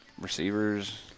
receivers